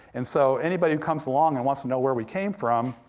and so anybody who comes along and wants to know where we came from,